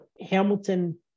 Hamilton